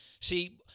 See